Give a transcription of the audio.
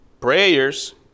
prayers